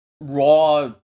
raw